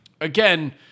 again